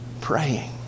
praying